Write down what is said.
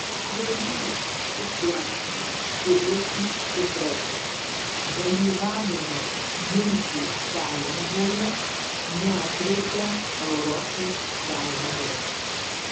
ukrainos visuomenė turėtų suprasti dalyvavimas muitų sąjungoje neaprėpia europos sąjungos